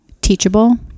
teachable